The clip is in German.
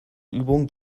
übung